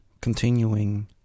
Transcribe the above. continuing